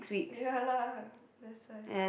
ya lah that's why